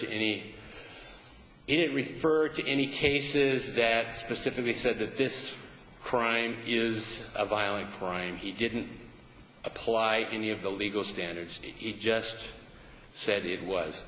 to any change says that specifically said that this crime is a violent crime he didn't apply any of the legal standards it just said it was